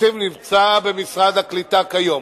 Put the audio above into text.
נמצא במשרד הקליטה כיום.